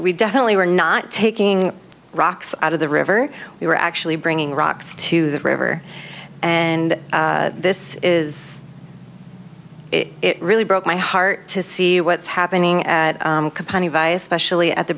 we definitely were not taking rocks out of the river we were actually bringing rocks to the river and this is it really broke my heart to see what's happening compounded by specially at the